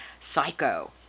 Psycho